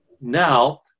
now